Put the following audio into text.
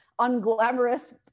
unglamorous